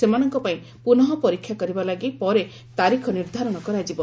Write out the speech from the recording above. ସେମାନଙ୍କ ପାଇଁ ପୁନଃ ପରୀକ୍ଷା କରିବା ଲାଗି ପରେ ତାରିଖ ନିର୍ଦ୍ଧାରଣ କରାଯିବ